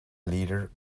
leader